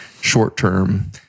short-term